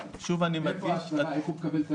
איך אדם מקבל את ההצהרה?